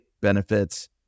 benefits